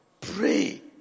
Pray